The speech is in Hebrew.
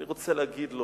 ואני רוצה להגיד לו,